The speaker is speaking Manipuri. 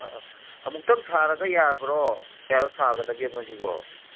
ꯑ ꯑꯃꯨꯛꯇꯪ ꯊꯥꯔꯒ ꯌꯥꯕ꯭ꯔꯣ ꯀꯌꯥꯔꯛ ꯊꯥꯒꯗꯒꯦ ꯃꯣꯏꯁꯤꯕꯣ